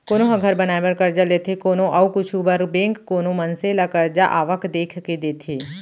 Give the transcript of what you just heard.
कोनो ह घर बनाए बर करजा लेथे कोनो अउ कुछु बर बेंक कोनो मनसे ल करजा आवक देख के देथे